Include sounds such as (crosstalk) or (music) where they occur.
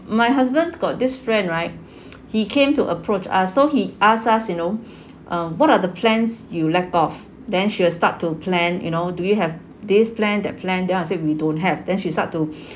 my husband got this friend (noise) right he came to approach us so he ask us you know (breath) um what are the plans you lack of then she will start to plan you know do you have this plan that plan then I said we don't have then she start to